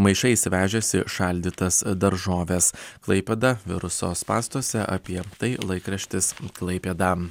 maišais vežėsi šaldytas daržoves klaipėda viruso spąstuose apie tai laikraštis klaipėda